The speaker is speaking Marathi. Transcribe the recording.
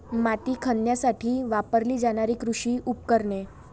माती खणण्यासाठी वापरली जाणारी कृषी उपकरणे